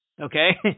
okay